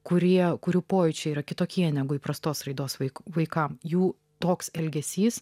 kurie kurių pojūčiai yra kitokie negu įprastos raidos vaikų vaikams jų toks elgesys